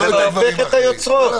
אתה הופך את היוצרות.